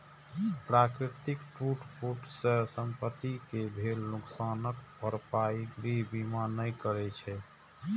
प्राकृतिक टूट फूट सं संपत्ति कें भेल नुकसानक भरपाई गृह बीमा नै करै छै